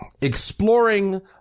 exploring